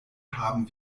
haben